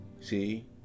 See